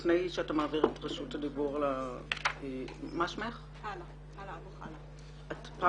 לפני שאתה מעביר את רשות הדיבור להאלה אבו חלה ממשרדך,